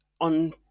on